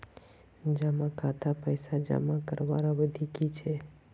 जमा खातात पैसा जमा करवार अवधि की छे?